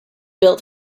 built